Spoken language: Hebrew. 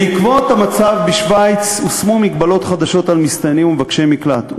בעקבות המצב בשווייץ הושמו מגבלות חדשות על מסתננים ומבקשי מקלט.